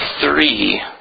three